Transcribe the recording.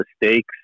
mistakes